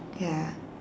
ya